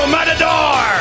Matador